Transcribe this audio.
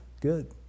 good